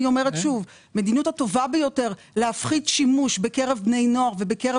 אני אומרת שוב בקרב בני נוער ובקרב